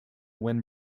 when